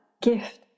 gift